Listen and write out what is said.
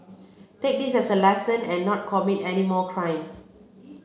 take this as a lesson and not commit any more crimes